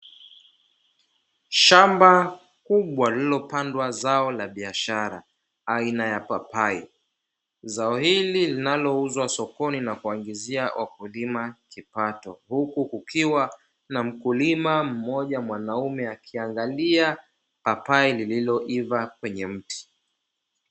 Shamba kubwa lililopandwa zao la biashara aina ya papai. Zao hili linalouzwa sokoni, na kuwaingizia wakulima kipato, huku kukiwa na mkulima mmoja mwanaume, akiangalia papai lililoiva kwenye mti.